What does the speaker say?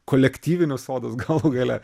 kolektyvinius sodus galų gale